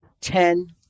Ten